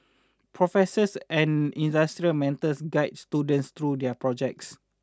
professors and industry mentors guide students through their projects